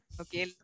Okay